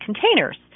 containers